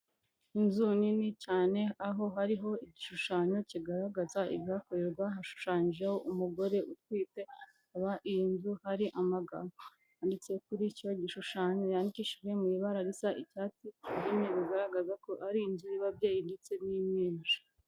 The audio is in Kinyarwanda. Inzu nini cyane, aho hariho igishushanyo kigaragaza ibihakorerwa, hashushanyijeho umugore utwite, hakaba iyi nzu hari amagambo yanditse kuri icyo gishushanyo yandikishijwe mu ibara risa icyatsi, mu rurimi rugaragaza ko ari inzu y'ababyeyi ndetse n'impinja.